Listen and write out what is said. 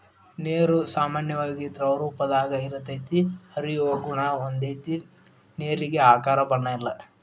ನೇರು ಸಾಮಾನ್ಯವಾಗಿ ದ್ರವರೂಪದಾಗ ಇರತತಿ, ಹರಿಯುವ ಗುಣಾ ಹೊಂದೆತಿ ನೇರಿಗೆ ಆಕಾರ ಬಣ್ಣ ಇಲ್ಲಾ